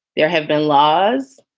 there have been laws.